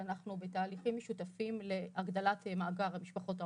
ואנחנו בתהליכים משותפים להגדלת מאגר משפחות האומנה.